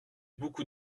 beaucoup